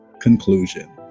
conclusion